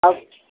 और